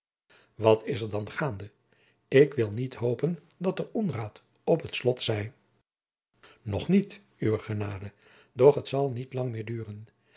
wat is er dan gaande ik wil niet hopen dat er onraad op het slot zij nog niet uwe genade doch het zal niet lang meer duren